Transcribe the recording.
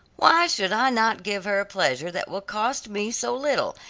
why should i not give her a pleasure that will cost me so little,